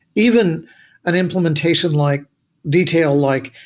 even an implementation like detail like,